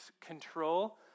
control